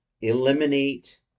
eliminate